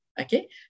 Okay